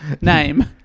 Name